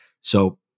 So-